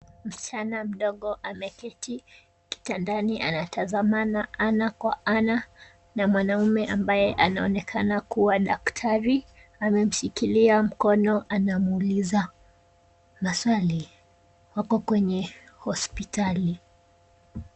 Msichana mdogo ameketi kitandani anatazamana ana kwa ana na mwanamme ambaye anaonekana kua daktari ,anamshikilia mkono anamuuliza maswali ,wako kwenye hospitali .